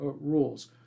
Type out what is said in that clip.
rules